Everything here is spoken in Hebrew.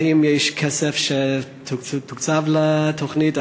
והאם יש כסף שתוקצב לתוכנית?